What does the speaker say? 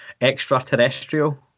extraterrestrial